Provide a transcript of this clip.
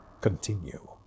Continue